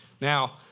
Now